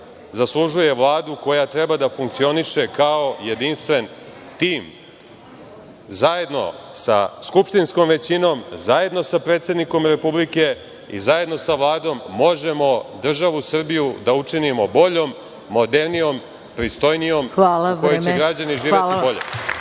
zaslužuje Vladu koja treba da funkcioniše kao jedinstven tim, zajedno sa skupštinskom većinom, zajedno sa predsednikom Republike i zajedno sa Vladom možemo državu Srbiju da učinimo boljom, modernijom, pristojnijom, u kojoj će građani živeti bolje.